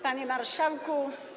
Panie Marszałku!